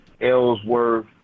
Ellsworth